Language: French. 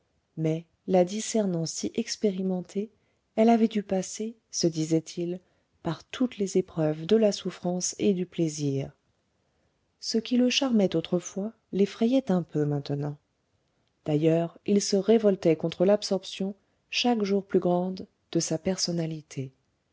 mais la discernant si expérimentée elle avait dû passer se disait-il par toutes les épreuves de la souffrance et du plaisir ce qui le charmait autrefois l'effrayait un peu maintenant d'ailleurs il se révoltait contre l'absorption chaque jour plus grande de sa personnalité